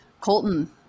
Colton